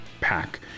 Pack